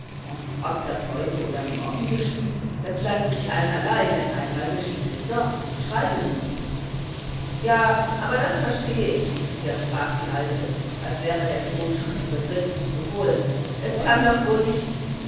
ob das heute oder morgen geschieht das bleibt sich einerlei denn einmal geschieht es doch schreibe nur ja aber das verstehe ich nicht widersprach die alte als wäre der tod schon im begriff sie zu holen es kann doch wohl nicht